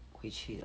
回去的